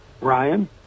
Ryan